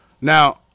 Now